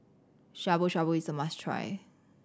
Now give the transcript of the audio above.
Shabu Shabu is a must try